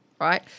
right